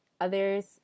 others